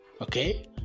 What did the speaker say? Okay